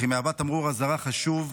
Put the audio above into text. אך היא מהווה תמרור אזהרה חשוב.